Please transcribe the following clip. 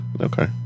okay